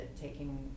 taking